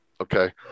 Okay